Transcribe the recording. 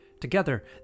Together